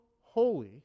holy